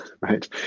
right